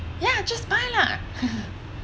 ya just buy lah